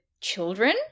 children